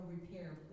repair